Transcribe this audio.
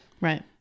Right